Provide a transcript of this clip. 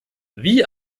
wie